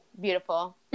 beautiful